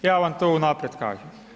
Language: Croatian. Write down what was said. Ja vam to unaprijed kažem.